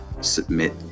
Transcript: submit